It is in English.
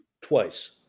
twice